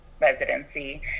residency